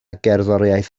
gerddoriaeth